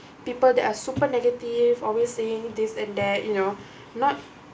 people that are super negative always saying this and that you know not